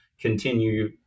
continue